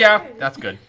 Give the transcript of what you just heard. yeah that's good.